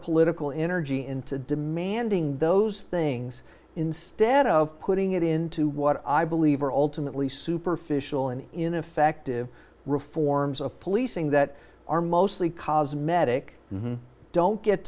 political energy into demanding those things instead of putting it into what i believe are ultimately superficial and ineffective reforms of policing that are mostly cosmetic and don't get